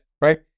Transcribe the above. right